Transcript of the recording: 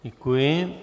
Děkuji.